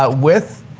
ah with